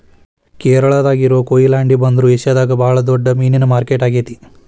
ಕೇರಳಾದಾಗ ಇರೋ ಕೊಯಿಲಾಂಡಿ ಬಂದರು ಏಷ್ಯಾದಾಗ ಬಾಳ ದೊಡ್ಡ ಮೇನಿನ ಮಾರ್ಕೆಟ್ ಆಗೇತಿ